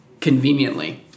conveniently